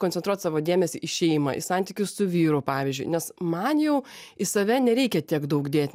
koncentruot savo dėmesį į šeimą į santykius su vyru pavyzdžiui nes man jau į save nereikia tiek daug dėt